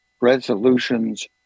resolutions